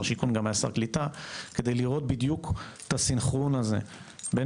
שיכון וגם היה שר קליטה כדי לראות בדיוק את הסנכרון הזה בין